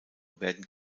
werden